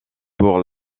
pour